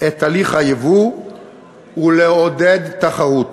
את הליך הייבוא ולעודד תחרות,